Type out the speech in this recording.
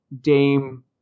Dame